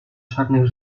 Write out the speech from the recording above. czarnych